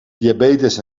diabetes